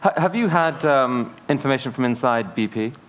have you had information from inside bp?